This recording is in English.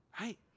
right